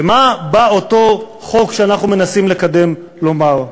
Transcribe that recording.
ומה בא אותו חוק שאנחנו מנסים לקדם לומר?